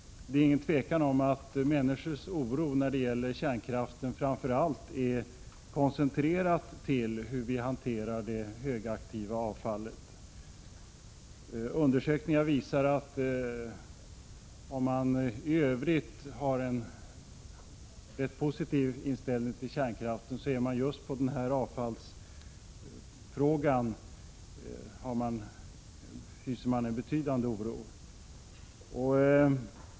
Det är inget tvivel om att människors oro när det gäller kärnkraften är koncentrerad framför allt till hur vi hanterar det högaktiva avfallet. Undersökningar visar, att om man i övrigt har en rätt positiv inställning till kärnkraft, hyser man i just avfallsfrågan en betydande oro.